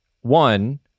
one